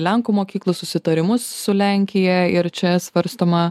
lenkų mokyklų susitarimus su lenkija ir čia svarstoma